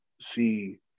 see